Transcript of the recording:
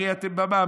הרי במע"מ